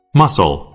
muscle